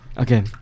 Okay